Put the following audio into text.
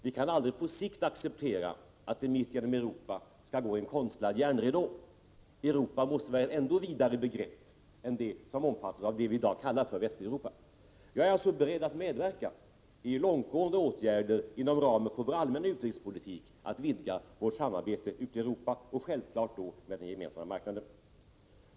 På sikt kan vi aldrig acceptera att det mitt i Europa skall gå en konstlad järnridå. Europa måste vara ett vidare begrepp än vad vi i dag kallar för Västeuropa. Jag är alltså beredd att inom ramen för vår allmänna utrikespolitik medverka i långtgående åtgärder för att vidga samarbetet ute i Europa, och då självklart med den gemensamma marknaden.